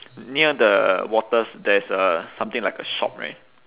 near the waters there's a something like a shop right